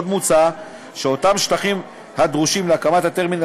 עוד מוצע שאותם שטחים הדרושים להקמת הטרמינל